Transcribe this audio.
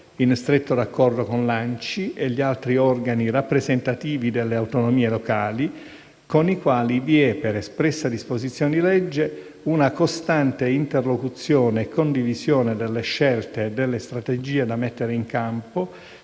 in stretto raccordo con l'ANCI e gli altri organi rappresentativi delle autonomie locali, con i quali vi è, per espressa disposizione di legge, una costante interlocuzione e condivisione delle scelte e delle strategie da mettere in campo